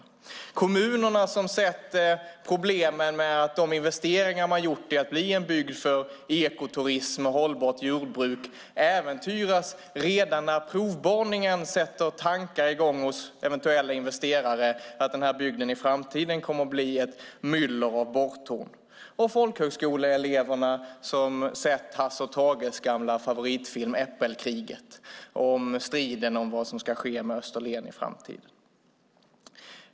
Där finns också kommunerna, som har sett problemen med att de investeringar man har gjort i att bli en bygd för ekoturism och hållbart jordbruk äventyras redan när provborrningarna sätter i gång tankar hos eventuella investerare om att denna bygd i framtiden kommer att bli ett myller av borrtorn. Där finns också folkhögskoleeleverna, som har sett Hasse och Tages gamla favoritfilm Äppelkriget , om striden om vad som ska ske med Österlen i framtiden.